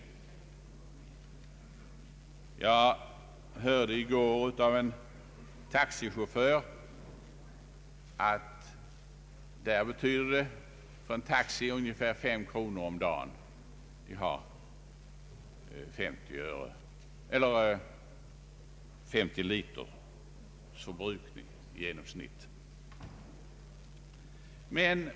Jag hörde i går av en taxichaufför att för honom betyder skattehöjningen ungefär fem kronor per dag, eftersom bensinförbrukningen i genomsnitt uppgår till 50 liter om dagen.